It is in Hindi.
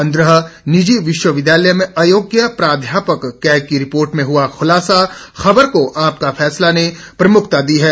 पन्द्रह निजी विश्वविद्यालय में अयोग्य प्राध्यापक कैग की रिपोर्ट में हआ ख्लासा खबर को आपका फैसला ने प्रमुखता दी है